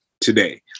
today